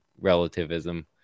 relativism